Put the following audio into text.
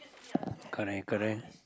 correct correct